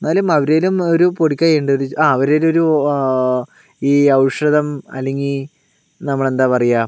എന്നാലും അവരേലും ഒരു പൊടിക്കൈ ഉണ്ട് ആ അവരുടെ കയ്യിൽ ഒരു ഈ ഔഷധം അല്ലെങ്കിൽ നമ്മൾ എന്താ പറയുക